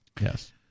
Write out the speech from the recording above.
Yes